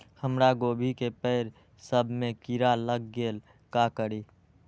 हमरा गोभी के पेड़ सब में किरा लग गेल का करी?